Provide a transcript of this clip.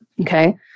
okay